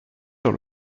sur